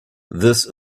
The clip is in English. this